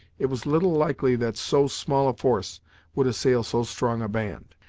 it was little likely that so small a force would assail so strong a band,